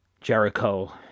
Jericho